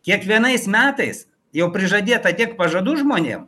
kiekvienais metais jau prižadėta tiek pažadų žmonėm